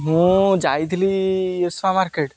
ମୁଁ ଯାଇଥିଲି ମାର୍କେଟ୍